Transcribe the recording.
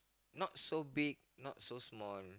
not so big no so small